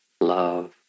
love